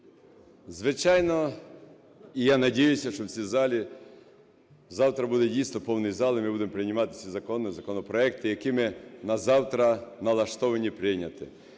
Звичайно, і я надіюся, що в цій залі завтра буде дійсно повний зал, і ми будемо приймати ці закони, законопроекти, які ми назавтра налаштовані прийняти.